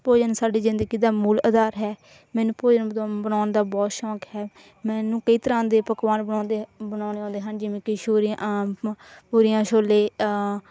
ਭੋਜਨ ਸਾਡੀ ਜ਼ਿੰਦਗੀ ਦਾ ਮੂਲ ਆਧਾਰ ਹੈ ਮੈਨੂੰ ਭੋਜਨ ਬਦਾ ਬਣਾਉਂਣ ਦਾ ਬਹੁਤ ਸ਼ੌਂਕ ਹੈ ਮੈਂਨੂੰ ਕਈ ਤਰ੍ਹਾਂ ਦੇ ਪਕਵਾਨ ਬਣਾਉਂਦੇ ਬਣਾਉਂਣੇ ਆਉਂਦੇ ਹਨ ਜਿਵੇਂ ਕਿ ਸ਼ੁਰੀਆ ਪੂਰੀਆਂ ਛੋਲੇ